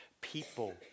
People